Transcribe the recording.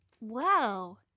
wow